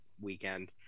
weekend